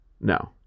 No